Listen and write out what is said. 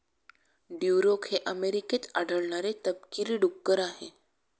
Duroc हे अमेरिकेत आढळणारे तपकिरी डुक्कर आहे